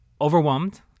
overwhelmed